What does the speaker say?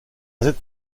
cette